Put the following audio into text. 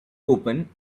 open